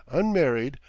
unmarried,